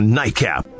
nightcap